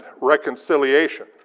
Reconciliation